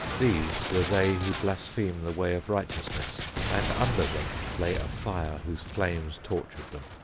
these were they who blaspheme the way of righteousness, and under them lay a fire whose flames tortured them.